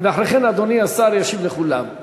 או החלטות שאנחנו לא שלמים אתן במאה